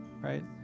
right